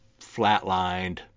flatlined